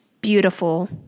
Beautiful